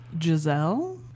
Giselle